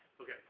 Okay